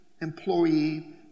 employee